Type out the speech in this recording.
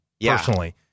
personally